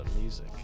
music